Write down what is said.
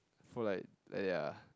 for like ah ya